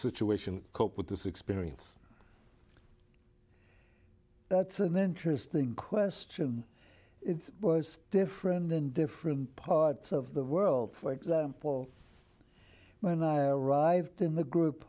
situation cope with this experience that's an interesting question it was different in different parts of the world for example when i arrived in the group